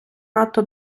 надто